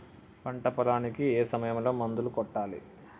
పంట పొలానికి ఏ సమయంలో మందులు కొట్టాలి?